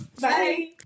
Bye